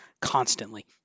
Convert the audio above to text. constantly